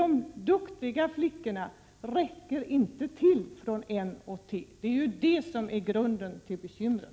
De duktiga flickorna från N och T-linjerna räcker inte till. Det är detta som är grunden till bekymren.